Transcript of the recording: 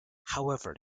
however